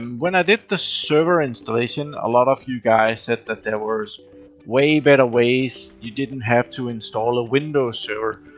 when i did the server installation a lot of you guys said there were way better ways. you didn't have to install a windows server.